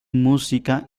música